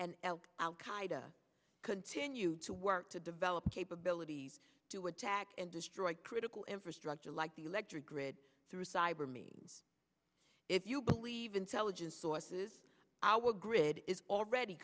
and el al qaeda continue to work to develop capabilities to attack and destroy critical infrastructure like the electric grid through cyber means if you believe in cell gin sources our grid is already